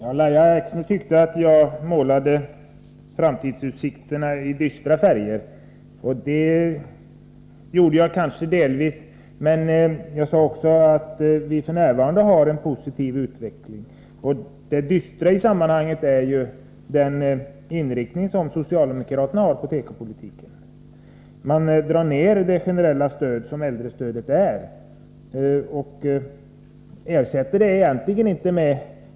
Fru talman! Enligt Lahja Exner målade jag framtidsutsikterna i dystra färger. Jag kan hålla med om att jag i viss mån gjorde det. Jag sade emellertid att utvecklingen f.n. är positiv. Det dystra i sammanhanget är socialdemokraternas inriktning på tekopolitikens område. Man minskar det generella stöd som äldrestödet är utan att ersätta det med någonting annat.